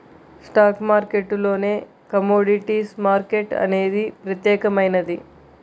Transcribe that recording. stock మార్కెట్టులోనే commodities market అనేది ప్రత్యేకమైనది